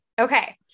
okay